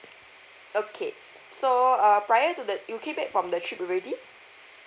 okay so uh prior to the you came back from the trip already